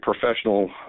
professional